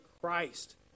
Christ